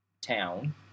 town